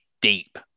deep